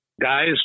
guys